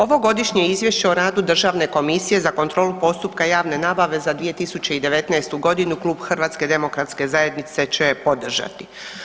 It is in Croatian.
Ovo Godišnje izvješće o radu Državne komisije za kontrolu postupaka javne nabave za 2019. g. Klub HDZ-a će podržati.